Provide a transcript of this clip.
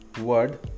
word